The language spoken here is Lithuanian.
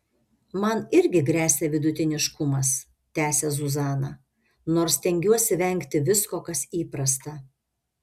man irgi gresia vidutiniškumas tęsia zuzana nors stengiuosi vengti visko kas įprasta